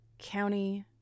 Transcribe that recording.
county